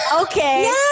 Okay